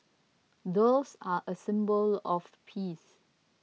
doves are a symbol of peace